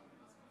להלן תוצאות